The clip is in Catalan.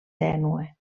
tènue